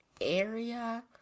area